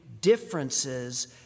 differences